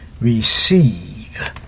receive